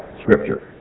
scripture